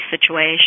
situation